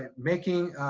and making,